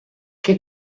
che